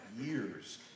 years